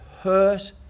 hurt